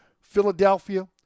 philadelphia